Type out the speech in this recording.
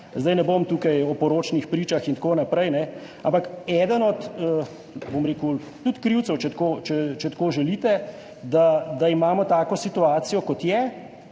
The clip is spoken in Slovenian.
Sedaj ne bom tukaj o poročnih pričah in tako naprej, ampak eden od krivcev, če tako želite, da imamo tako situacijo, kot je,